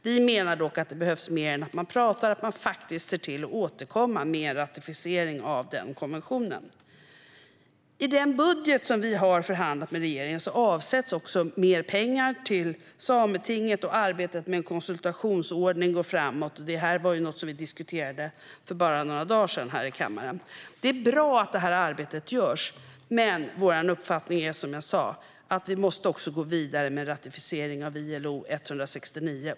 Vi menar dock att det behövs mer än prat och att man faktiskt ser till att återkomma med ratificering av konventionen. I den budget vi har förhandlat med regeringen avsätts mer pengar till sametinget, och arbetet med en konsultationsordning går framåt. Detta var något som vi diskuterade för bara några dagar sedan här i kammaren. Det är bra att detta arbete görs, men vår uppfattning är som jag sa att vi också måste gå vidare med en ratificering av ILO 169.